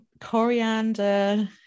coriander